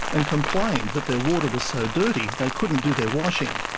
and complained that their water was so dirty they couldn't do their washing.